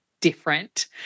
different